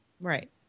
right